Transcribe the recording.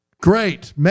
Great